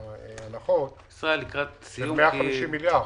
זה 150 מיליארד.